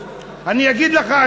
אני אגיד לך למה זה חשוב,